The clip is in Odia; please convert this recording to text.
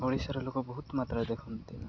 ଓଡ଼ିଶାର ଲୋକ ବହୁତ ମାତ୍ରାରେ ଦେଖନ୍ତି